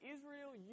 Israel